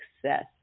success